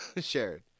shared